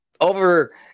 over